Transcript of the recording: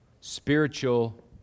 spiritual